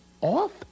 off